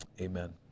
Amen